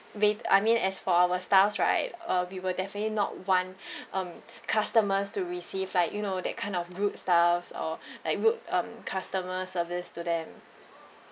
wait I mean as for our staffs right err we will definitely not want um customers to receive like you know that kind of rude staffs or like rude um customer service to them